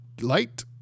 light